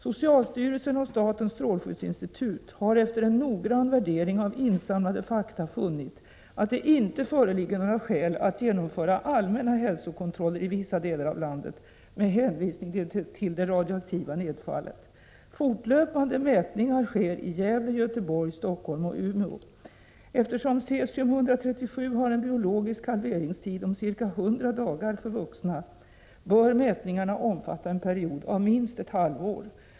Socialstyrelsen och statens strålskyddsinstitut har efter en noggrann värdering av insamlade fakta funnit att det inte föreligger några skäl att genomföra allmänna hälsokontroller i vissa delar av landet med hänvisning till det radioaktiva nedfallet. Fortlöpande mätningar sker i Gävle, Göteborg, Stockholm och Umeå. Eftersom cesium 137 har en biologisk halveringstid av ca 100 dagar för vuxna bör mätningarna omfatta en period av minst ett halvår.